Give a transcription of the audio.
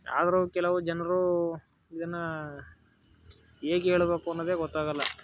ಆದರೂ ಕೆಲವು ಜನರು ಇದನ್ನು ಹೇಗೆ ಹೇಳ್ಬೇಕು ಅನ್ನೊದೇ ಗೊತ್ತಾಗಲ್ಲ